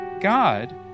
God